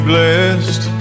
blessed